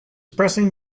pressing